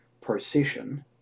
Procession